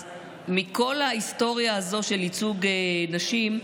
אז מכל ההיסטוריה הזו של ייצוג נשים,